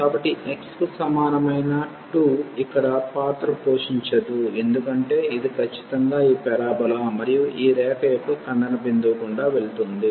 కాబట్టి x కు సమానమైన 2 ఇక్కడ పాత్ర పోషించదు ఎందుకంటే ఇది ఖచ్చితంగా ఈ పరబోలా మరియు ఈ రేఖ యొక్క ఖండన బిందువు గుండా వెళుతుంది